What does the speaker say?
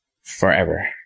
forever